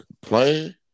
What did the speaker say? playing